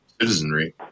citizenry